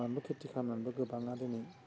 बानलु खेथि खालामनानैबो गोबाङा दिनै